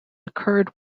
occurred